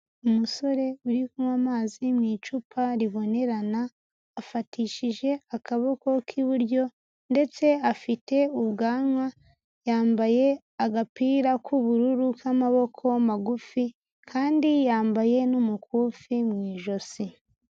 Umusore uri kunywa amazi mu icupa ribonerana afatishije akaboko k'iburyo ndetse afite ubwanwa yambaye agapira k'ubururu k'amaboko magufi kandi yambaye n'umukufi mu ijosi.